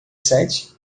sete